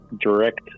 direct